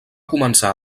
començar